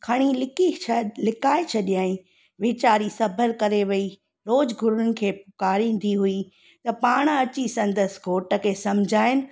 खणी लिकी शायदि लिकाए छॾियाई वीचारी सभर करे वेई रोजु गुरूअनि खे पुकारींदी हुई त पाणि अची संदसि घोटखे समुझाइनि